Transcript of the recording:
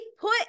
put